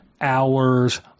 hours